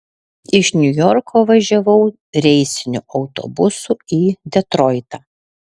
iš niujorko važiavau reisiniu autobusu į detroitą